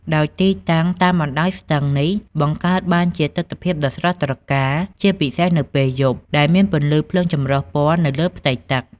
ដោយទីតាំងតាមបណ្តោយស្ទឹងនេះបង្កើតបានជាទិដ្ឋភាពដ៏ស្រស់ត្រកាល ជាពិសេសនៅពេលយប់ដែលមានពន្លឺភ្លើងចម្រុះពណ៌នៅលើផ្ទៃទឹក។